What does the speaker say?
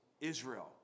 Israel